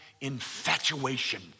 infatuation